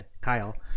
Kyle